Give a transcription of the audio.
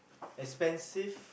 expensive